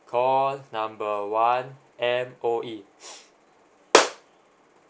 call number one M_O_E